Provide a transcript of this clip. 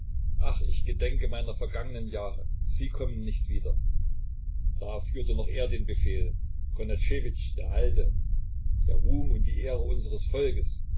ach ich gedenke meiner vergangenen jahre sie kommen nicht wieder da führte noch er den befehl konaschewitsch der alte der ruhm und die ehre unseres volkes